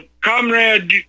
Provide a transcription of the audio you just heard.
comrade